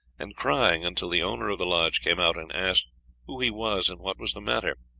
and crying until the owner of the lodge came out and asked who he was, and what was the matter?